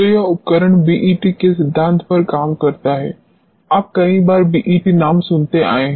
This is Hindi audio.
तो यह उपकरण बीईटी के सिद्धांत पर काम करता है आप कई बार बीईटी नाम सुनते आए हैं